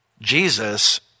Jesus